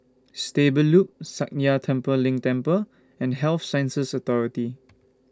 Stable Loop Sakya Tenphel Ling Temple and Health Sciences Authority